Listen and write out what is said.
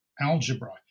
algebra